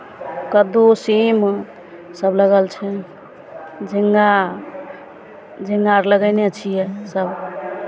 कददू सीम सभ लगल छै झिङ्गा झिङ्गा अर लगयने छियै सभ